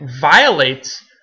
violates